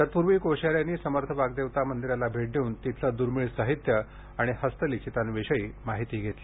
तत्पूर्वी कोश्यारी यांनी समर्थ वाग्देवता मंदिराला भेट देऊन तिथलं दुर्मिळ साहित्य आणि हस्तलिखिताविषयी माहिती घेतली